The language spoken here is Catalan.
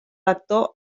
lector